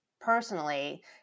personally